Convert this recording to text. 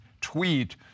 tweet